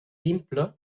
simple